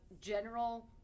general